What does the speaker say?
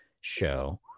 show